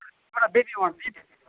ஆ பீஃப்பும் வேணும் பீஃப்